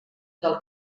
del